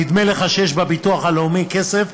נדמה לך שיש בביטוח הלאומי כסף.